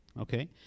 Okay